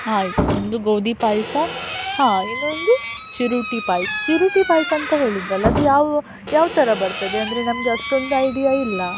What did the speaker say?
ಆಯಿತು ಒಂದು ಗೋಧಿ ಪಾಯಸ ಹಾಂ ಇನ್ನೊಂದು ಚಿರೋಟಿ ಪಾಯ್ಸ ಚಿರೋಟಿ ಪಾಯಸ ಅಂತ ಹೇಳಿದ್ದರಲ್ಲ ಅದು ಯಾವ ಯಾವಥರ ಬರ್ತದೆ ಅಂದರೆ ನಮಗೆ ಅಷ್ಟೊಂದು ಐಡಿಯಾ ಇಲ್ಲ